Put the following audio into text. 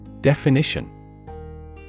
Definition